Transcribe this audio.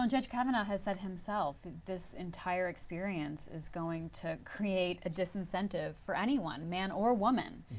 um judge kavanaugh has said himself, this entire experience is going to create a disincentive for anyone, man or woman.